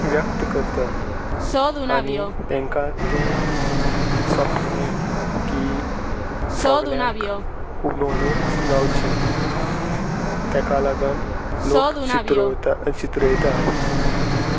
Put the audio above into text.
व्यक्त करता आनी तांकां तें सोंपे नी की सोगल्यांक उलोवनूच जावचें तेका लागन लोक चित्रता चित्रायतात